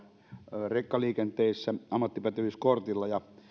rekkaliikenteessä ammattipätevyyskortilla